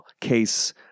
case